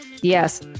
Yes